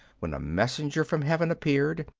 when a messenger from heaven appeared,